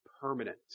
permanent